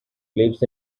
lives